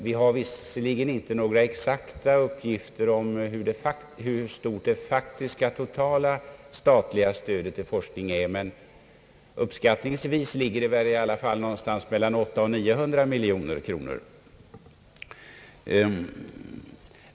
Det finns visserligen inte några exakta uppgifter om hur stort det faktiska totala statliga stödet till forskning är, men uppskattningsvis rör det sig om någonting mellan 800 och 900 miljoner kronor.